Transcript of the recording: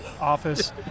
Office